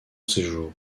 séjour